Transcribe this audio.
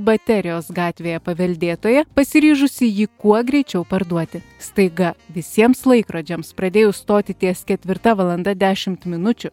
baterijos gatvėje paveldėtoja pasiryžusi jį kuo greičiau parduoti staiga visiems laikrodžiams pradėjus stoti ties ketvirta valanda dešimt minučių